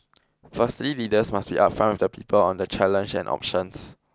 firstly leaders must be upfront with the people on the challenges and options